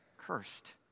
cursed